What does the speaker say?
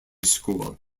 school